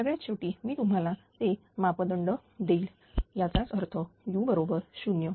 सगळ्यात शेवटी मी तुम्हाला ते मापदंड देईल याचाच अर्थ u बरोबर 0